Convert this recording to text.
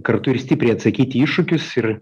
kartu ir stipriai atsakyti į iššūkius ir